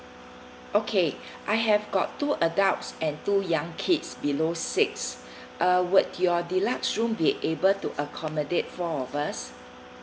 okay I have got two adults and two young kids below six uh would your deluxe room be able to accommodate four of us